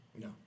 No